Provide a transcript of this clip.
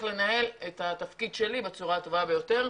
לנהל את התפקיד שלי בצורה הטובה ביותר.